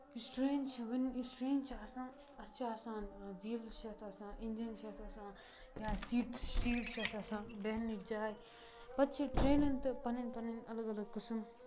یُس ترینہِ چھ آسان اَتھ چھِ آسان ویٖلٕز چھِ اَتھ آسان اِنجن چھِ اَتھ آسان یا سیٖٹٕس چھِ اَتھ آسان بیٚہنٕچ جاے پَتہٕ چھِ ٹرینن تہِ پَنٕنی پَنٕنۍ الگ الگ قٕسٕم